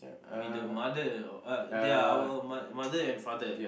with the mother uh they are our ma~ mother and father